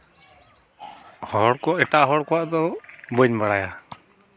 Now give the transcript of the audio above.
ᱦᱚᱲ ᱠᱚ ᱮᱴᱟᱜ ᱦᱚᱲ ᱠᱚᱣᱟᱜ ᱫᱚ ᱵᱟᱹᱧ ᱵᱟᱲᱟᱭᱟ